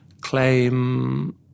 claim